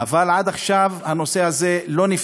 אבל עד עכשיו הנושא הזה לא נפתר,